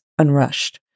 unrushed